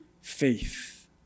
faith